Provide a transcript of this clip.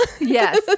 Yes